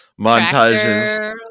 montages